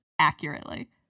accurately